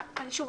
שוב,